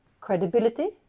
credibility